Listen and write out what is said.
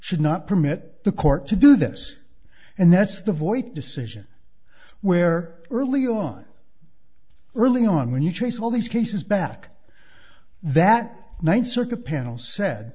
should not permit the court to do this and that's the voice decision where early on early on when you trace all these cases back that ninth circuit panel sa